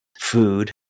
food